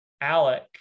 Alec